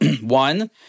One